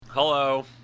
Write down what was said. Hello